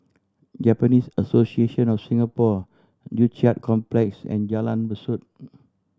Japanese Association of Singapore Joo Chiat Complex and Jalan Besut